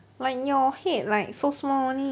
like your head like so small only